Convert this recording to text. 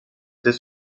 des